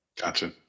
Gotcha